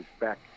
back